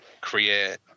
create